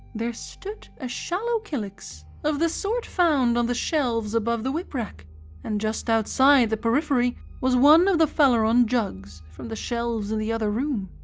there stood a shallow kylix of the sort found on the shelves above the whip-rack and just outside the periphery was one of the phaleron jugs from the shelves in the other room,